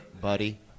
Buddy